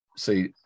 see